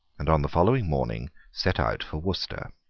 and on the following morning set out for worcester.